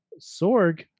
Sorg